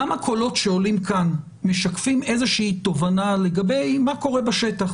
גם הקולות שעולים כאן משקפים איזושהי תובנה לגבי מה קורה בשטח